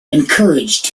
encouraged